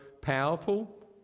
powerful